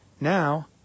Now